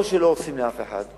או שלא הורסים לאף אחד,